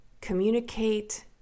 communicate